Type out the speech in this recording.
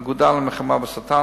האגודה למלחמה בסרטן,